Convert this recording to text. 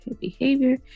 behavior